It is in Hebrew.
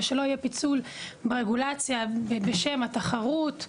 ושלא יהיה פיצול ברגולציה בשם התחרות.